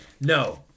No